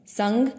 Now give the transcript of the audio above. sung